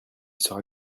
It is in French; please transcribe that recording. sera